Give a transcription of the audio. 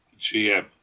GM